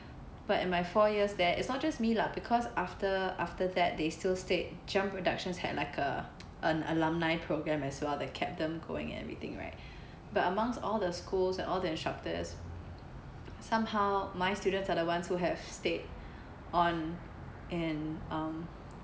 but in my four years there it's not just me lah because after after that they still stayed jump productions had like a alumni program as well that kept them going and everything right but amongst all the schools and all the instructors somehow my students are the ones who have stayed on and um